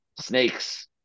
snake's